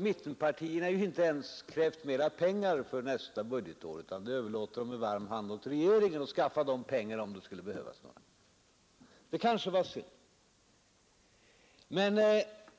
Mittenpartierna har inte ens krävt mera pengar för nästa budgetår utan överlåter med varm hand åt regeringen att skaffa de pengar som eventuellt behövs. Det kanske var synd.